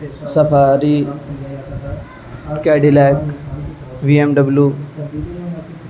safari Cadillac V M W